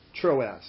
Troas